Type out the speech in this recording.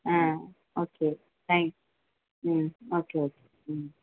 okay thanks okay okay